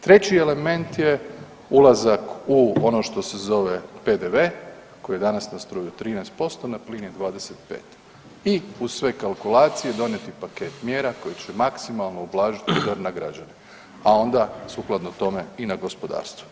Treći element je ulazak u ono što se zove PDV koji je danas na struju 13%, na plin je 25 i uz sve kalkulacije donijeti paket mjera koji će maksimalno ublažiti udar na građane, a onda sukladno tome i na gospodarstvo.